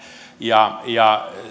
ja ja sitten